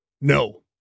No